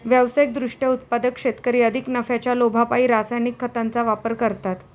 व्यावसायिक दृष्ट्या उत्पादक शेतकरी अधिक नफ्याच्या लोभापायी रासायनिक खतांचा वापर करतात